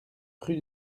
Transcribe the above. rue